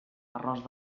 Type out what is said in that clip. arròs